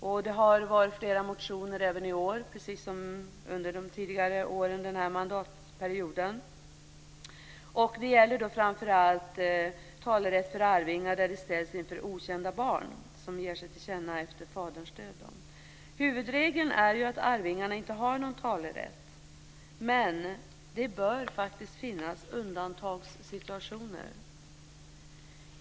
Även i år har flera motioner väckts, precis som tidigare år under den här mandatperioden, och de gäller framför allt talerätt för arvingar som ställs inför okända barn som ger sig till känna efter faderns död. Huvudregeln är att arvingarna inte har någon talerätt. Men det bör faktiskt finnas undantagssituationer.